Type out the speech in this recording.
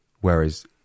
Whereas